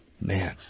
Man